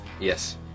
Yes